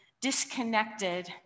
disconnected